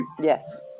Yes